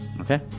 okay